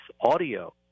audio